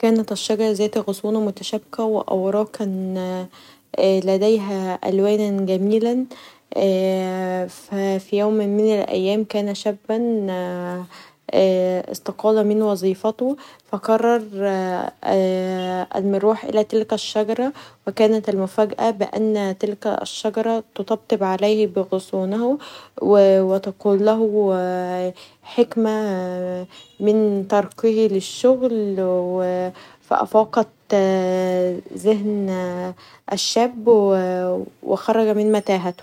كانت الشجره ذات غصون متشابكه و أوراقا لديها ألواناً جميله فيوم من الايام كان شابا استقال من وظيفته فقرر يروح الي تلك الشجره و كانت المفاجاءه انك تلك الشجره تطبطب عليه بغصونها و تقول له حكمه من تركه للشغل فا أفاقت تلك الشاب و خرج من متاهته.